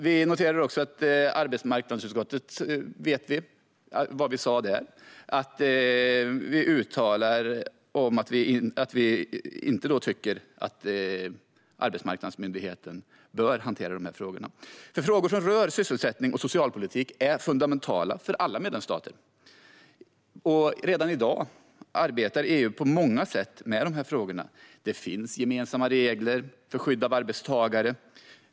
Vi noterade också vad vi sa i arbetsmarknadsutskottet, där vi uttalade att vi inte tycker att arbetsmarknadsmyndigheten bör hantera frågor som rör sysselsättning och socialpolitik. Dessa frågor är fundamentala för alla medlemsstater, och redan i dag arbetar EU på många sätt med dem. Det finns gemensamma regler för skydd av arbetstagare.